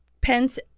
Pence